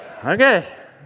Okay